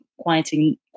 quieting